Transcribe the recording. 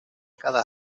cada